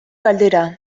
galdera